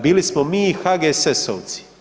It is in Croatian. Bili smo mi i HGSS-ovci.